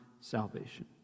salvation